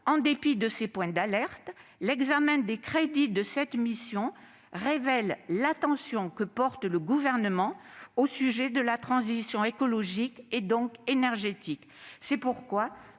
en dépit de ces points d'alerte, l'examen des crédits de cette mission révèle l'attention que porte le Gouvernement à la transition écologique et énergétique.